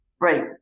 Right